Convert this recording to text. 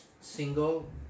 Single